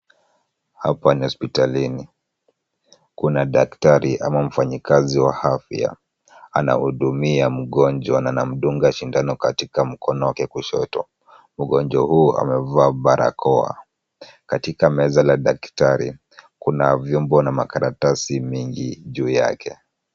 Hapa ni hospitalini. Kuna daktari ama mfanyikazi wa afya anahudumia mgonjwa na anamdunga sindano katika mkono wake kushoto. Mgonjwa huyo amevaa barakoa. Katika meza la daktari kuna vyombo na makaratasi mingi juu yake.